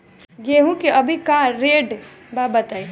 गेहूं के अभी का रेट बा बताई?